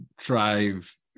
drive